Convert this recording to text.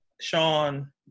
Sean